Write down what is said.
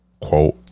Quote